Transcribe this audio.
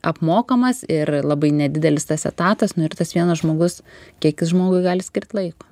apmokamas ir labai nedidelis tas etatas nu ir tas vienas žmogus kiek jis žmogui gali skirt laiko